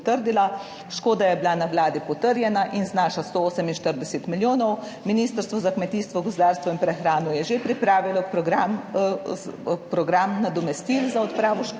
Škoda je bila na Vladi potrjena in znaša 148 milijonov. Ministrstvo za kmetijstvo, gozdarstvo in prehrano je že pripravilo program nadomestil za odpravo